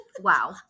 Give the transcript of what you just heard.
Wow